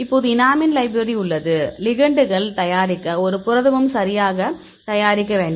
இப்போது எனாமின் லைப்ரரி உள்ளது லிகெண்டுகள் தயாரிக்க புரதமும் சரியாக தயாரிக்க வேண்டும்